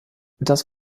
das